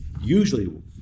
Usually